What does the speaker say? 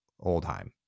oldheim